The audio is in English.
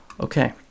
Okay